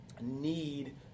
need